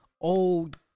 old